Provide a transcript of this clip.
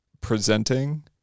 presenting